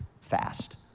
fast